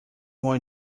more